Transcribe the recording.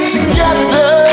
Together